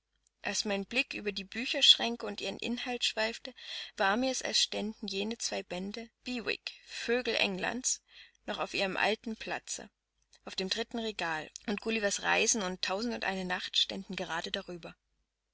als mein blick über die bücherschränke und ihren inhalt schweifte war mir's als ständen jene zwei bände bewick vögel englands noch auf ihrem alten platze auf dem dritten regal und gullivers reisen und tausend und eine nacht standen gerade darüber